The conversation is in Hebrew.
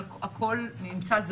אבל הכול נמצא,